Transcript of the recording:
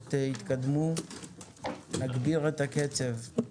שהשבועות יתקדמו נגביר את הקצב.